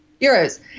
Euros